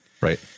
Right